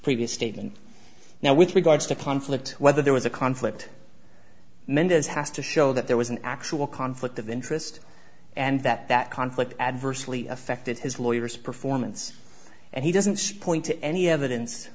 previous statement now with regards to conflict whether there was a conflict mendez has to show that there was an actual conflict of interest and that that conflict adversely affected his lawyers performance and he doesn't point to any evidence